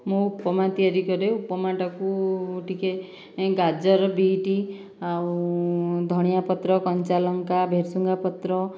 ମୁଁ ଉପମା ତିଆରି କରେ ଉପମା ଟାକୁ ଟିକେ ଗାଜର ବିଟ ଆଉ ଧନିଆପତ୍ର କଞ୍ଚାଲଙ୍କା ଭୃଷୁଙ୍ଗା ପତ୍ର